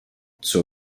zur